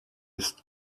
ist